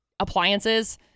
Appliances